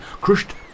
crushed